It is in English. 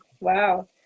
Wow